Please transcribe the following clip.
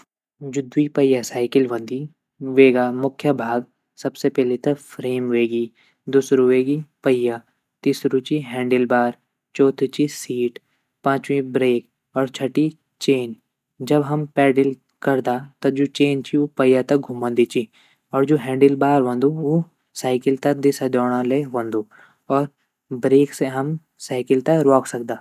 जू द्वि पया साइकिल वंदी वेगा मुख्य भाग सबसे पैली त फ्रेम वेगी दूसरू वेगी पया तिसरू ची हैंडील बार चौथु ची सीट पाँचवी ब्रेक और छटी चैन जब हम पेडिल करदा त जू चैन ची ऊ पया त घूमोंदी ची और जू हैंडिल बार वंदु ऊ साइकिल त दिशा द्यौंणा ले वंदु और ब्रेक से हम साइकिल त रर्वॉक सकदा।